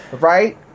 right